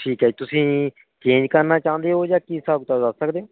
ਠੀਕ ਹੈ ਤੁਸੀਂ ਚੇਂਜ ਕਰਨਾ ਚਾਹੁੰਦੇ ਹੋ ਜਾਂ ਕੀ ਹਿਸਾਬ ਕਿਤਾਬ ਦੱਸ ਸਕਦੇ ਹੋ